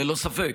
ללא ספק.